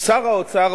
"שר האוצר,